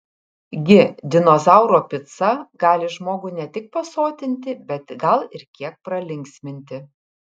gi dinozauro pica gali žmogų ne tik pasotinti bet gal ir kiek pralinksminti